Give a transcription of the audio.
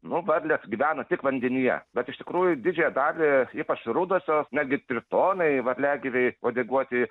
nu varlės gyvena tik vandenyje bet iš tikrųjų didžiąją dalį ypač rudosios netgi tritonai varliagyviai uodeguotieji